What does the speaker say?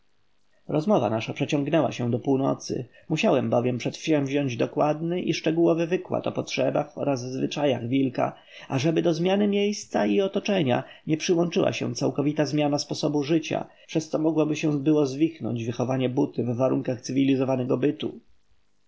rozmowa nasza przeciągnęła się do północy musiałem bowiem przedsięwziąć dokładny i szczegółowy wykład o potrzebach oraz zwyczajach wilka ażeby do zmiany miejsca i otoczenia nie przyłączyła się całkowita zmiana sposobu życia przez co mogłoby się było zwichnąć wychowanie buty w warunkach cywilizowanego bytu